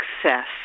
success